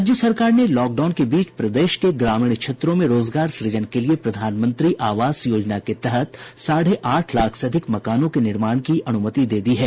राज्य सरकार ने लॉकडाउन के बीच प्रदेश के ग्रामीण क्षेत्रों में रोजगार सुजन के लिए प्रधानमंत्री आवास योजना के तहत साढ़े आठ लाख से अधिक मकानों के निर्माण की अनुमति दे दी है